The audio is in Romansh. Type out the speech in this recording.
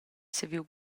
saviu